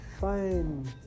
fine